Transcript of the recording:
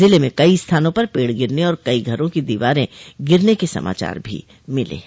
जिले में कई स्थानो पर पेड़ गिरन और कई घरों की दीवारे गिरने के समाचार भी मिले हैं